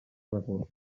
recurs